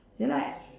ya lah at